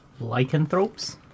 lycanthropes